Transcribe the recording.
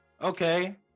Okay